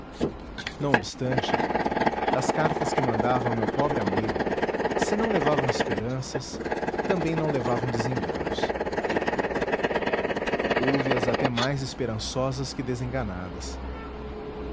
não obstante as cartas que mandava ao meu pobre amigo se não levavam esperanças também não levavam desenganos houve as até mais esperançosas que desenganadas